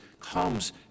comes